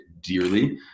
dearly